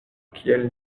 kiel